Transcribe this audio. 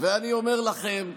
ואני אומר לכם,